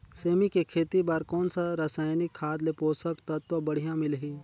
सेमी के खेती बार कोन सा रसायनिक खाद ले पोषक तत्व बढ़िया मिलही?